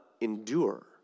endure